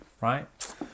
right